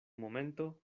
momento